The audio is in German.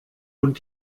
und